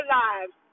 lives